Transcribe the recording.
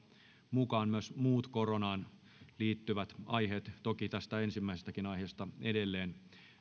mukaan myös muut koronaan liittyvät aiheet toki ensimmäisestäkin aiheesta edelleen